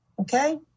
okay